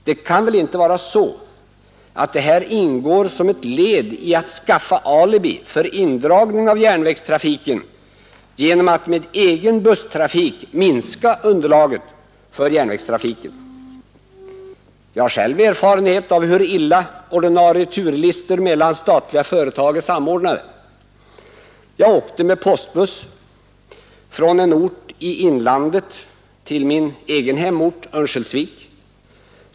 Det kan väl inte vara så, att SJ, 13 december 1971 för att skaffa alibi för indragning av järnvägstrafiken, med egen busstrafik Ang. järnvägsminskar underlaget för järnvägstrafiken? Jag har själv erfarenhet av hur = nedläggelserna, illa ordinarie turlistor mellan statliga företag är samordnade. Jag åkte m.m. med postbuss från en ort i inlandet till min egen hemort Örnsköldsvik.